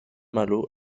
malo